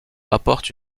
apporte